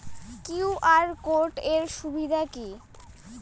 QR code এর সুবিধা কি?